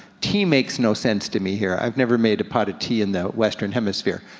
tea makes no sense to me here. i've never made a pot of tea in the western hemisphere.